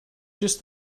just